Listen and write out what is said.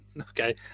Okay